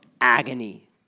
agony